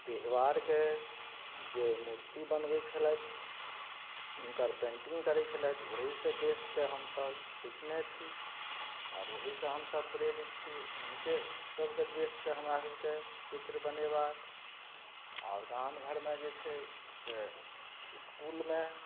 देहवारके जे मूर्ति बनबय छलथि हुनकर पेन्टिंग करय छलथि ओहिसँ देखके हमसभ सिखने छी आओर ओहिसँ हमसभ प्रेरित छी हुनके सभके देखके हमरा सभके चित्र बनेबाक आओर गाम घरमे जे छै से इस्कूलमे